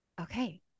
okay